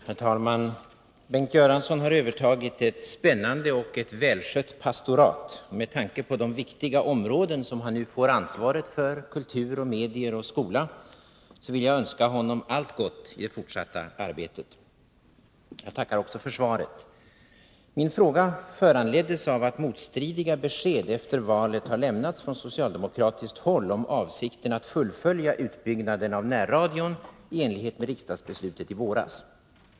Herr talman! Bengt Göransson har övertagit ett spännande och välskött pastorat. Med tanke på de viktiga områden han nu övertar ansvaret för — kultur, medier och skola — vill jag önska honom allt gott i det fortsatta arbetet. Jag tackar också för svaret. Min fråga föranleddes av att motstridiga besked efter valet har lämnats från socialdemokratiskt håll om avsikten att fullfölja utbyggnaden av närradion i enlighet med riksdagens beslut i våras.